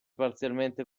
parzialmente